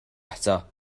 eto